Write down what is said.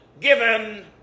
given